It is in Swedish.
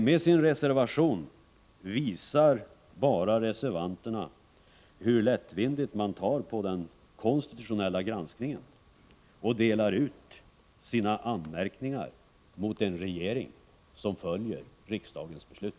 Med sin reservation visar reservanterna bara hur lättvindigt man tar den konstitutionella granskningen och delar ut sina anmärkningar mot en regering som följer riksdagens beslut.